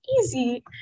easy